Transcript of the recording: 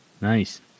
nice